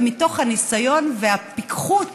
ומתוך הניסיון והפיקחות